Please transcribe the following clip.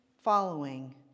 Following